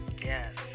Yes